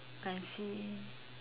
I see